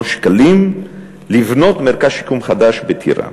שקלים לבניית מרכז שיקום חדש בטירה.